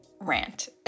rant